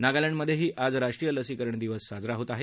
नागालँडमधेही आज राष्ट्रीय लसीकरण दिवस साजरा होत आहे